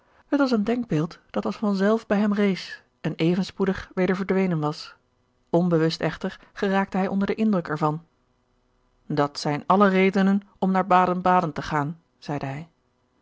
het was een denkbeeld dat als van zelf bij hem rees en even spoedig weder verdwenen was onbewust echter geraakte hij onder den indruk er van gerard keller het testament van mevrouw de tonnette dat zijn alle redenen om naar baden-baden te gaan zeide hij